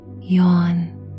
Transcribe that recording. yawn